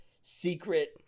secret